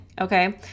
Okay